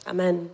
Amen